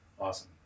Awesome